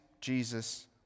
Jesus